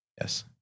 Yes